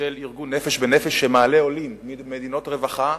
של ארגון "נפש בנפש", שמעלה עולים ממדינות רווחה,